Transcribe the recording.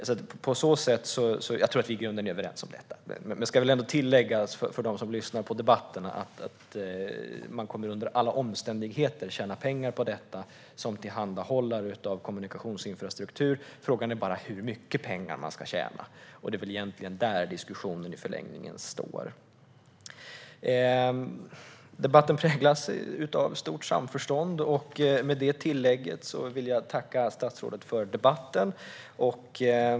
Även om jag och statsrådet är överens ska det för dem som lyssnar på debatten tilläggas att man alltså under alla omständigheter kommer att tjäna pengar på detta som tillhandahållare av kommunikationsinfrastruktur. Frågan är bara hur mycket pengar man ska tjäna. Det är väl egentligen detta som diskussionen i förlängningen gäller. Debatten präglas av stort samförstånd. Med detta tillägg vill jag tacka statsrådet för debatten.